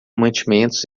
mantimentos